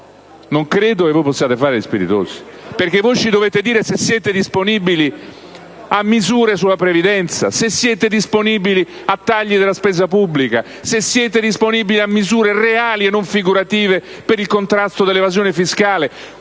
non credo che voi possiate fare gli spiritosi, perché dovete dirci se siete disponibili a misure sulla previdenza, se siete disponibili a tagli della spesa pubblica, se siete disponibili a misure reali, e non figurative, per il contrasto dell'evasione fiscale.